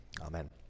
Amen